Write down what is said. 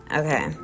okay